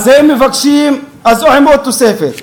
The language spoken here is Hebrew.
אז עוד תוספת.